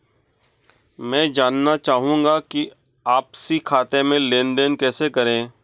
मैं जानना चाहूँगा कि आपसी खाते में लेनदेन कैसे करें?